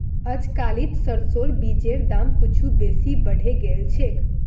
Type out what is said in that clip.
अजकालित सरसोर बीजेर दाम कुछू बेसी बढ़े गेल छेक